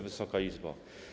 Wysoka Izbo!